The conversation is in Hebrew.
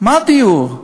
מה דיור?